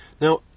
Now